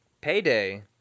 Payday